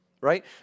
right